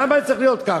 למה זה צריך להיות ככה?